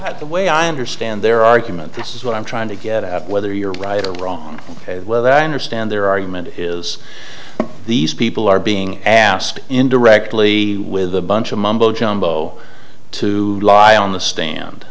at the way i understand their argument this is what i'm trying to get at whether you're right or wrong that i understand their argument is these people are being asked indirectly with a bunch of mumbo jumbo to lie on the stand